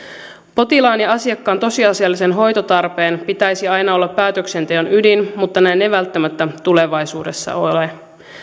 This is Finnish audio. potilaan ja asiakkaan tosiasiallisen hoitotarpeen pitäisi aina olla päätöksenteon ydin mutta näin ei välttämättä tulevaisuudessa ole